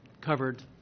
covered